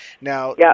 Now